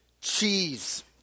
cheese